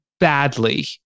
badly